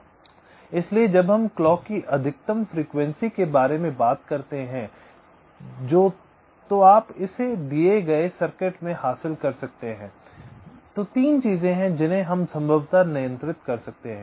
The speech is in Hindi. इसलिए जब हम क्लॉक की अधिकतम आवृत्ति के बारे में बात करते हैं जो तो आप इसे दिए गए सर्किट में हासिल कर सकते हैं तो 3 चीजें हैं जिन्हें हम संभवतः नियंत्रित कर सकते हैं